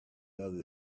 other